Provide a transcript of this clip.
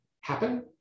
happen